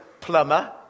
plumber